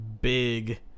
big